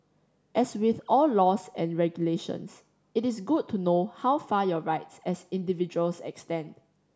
as with all laws and regulations it is good to know how far your rights as individuals extend